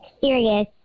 serious